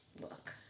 Look